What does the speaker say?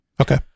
Okay